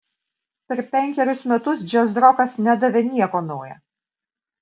per penkerius metus džiazrokas nedavė nieko nauja